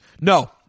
No